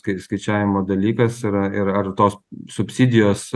kaip skaičiavimo dalykas yra ir ar tos subsidijos